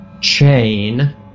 chain